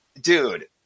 dude